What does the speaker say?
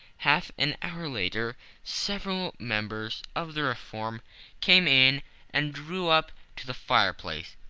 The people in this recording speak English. half an hour later several members of the reform came in and drew up to the fireplace,